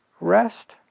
rest